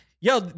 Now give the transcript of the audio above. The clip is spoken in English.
Yo